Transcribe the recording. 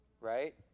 right